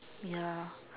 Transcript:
ya